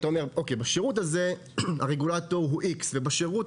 אז בשירות הזה הרגולטור הוא X ובשירות